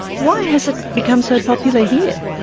why has it become so popular here?